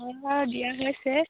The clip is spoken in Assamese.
অঁ দিয়া হৈছে